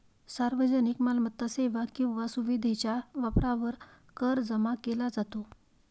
सार्वजनिक मालमत्ता, सेवा किंवा सुविधेच्या वापरावर कर जमा केला जातो